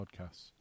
podcasts